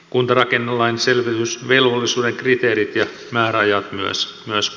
kuntarakennelain selvitysvelvollisuuden kriteerit ja määräajat myös kumotaan